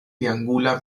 triangula